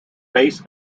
bass